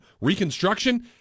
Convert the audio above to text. reconstruction